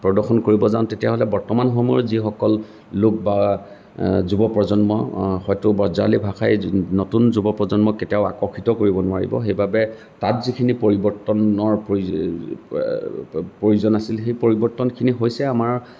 প্ৰদৰ্শন কৰিবলৈ যাওঁ তেতিয়া বৰ্তমান সময়ত যিসকল লোক বা যুৱপ্ৰজন্ম হয়তো ব্ৰজাৱলী ভাষাই নতুন যুৱপ্ৰজন্মক কেতিয়াও আকৰ্ষিত কৰিব নোৱাৰিব সেইবাবে তাত যিখিনি পৰিৱৰ্তনৰ প্ৰয়োজন আছিল সেই পৰিৱৰ্তনখিনি হৈছে আমাৰ